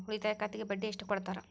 ಉಳಿತಾಯ ಖಾತೆಗೆ ಬಡ್ಡಿ ಎಷ್ಟು ಕೊಡ್ತಾರ?